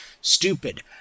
stupid